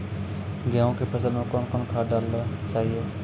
गेहूँ के फसल मे कौन कौन खाद डालने चाहिए?